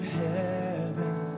heaven